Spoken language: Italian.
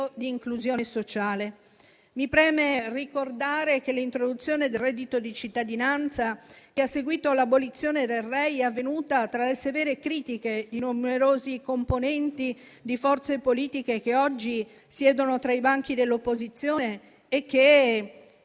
di inclusione sociale. Mi preme ricordare che l'introduzione del reddito di cittadinanza, che ha seguito l'abolizione del reddito d'inclusione (Rei), è avvenuta tra le severe critiche di numerosi componenti di forze politiche che oggi siedono tra i banchi dell'opposizione e che